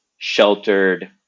sheltered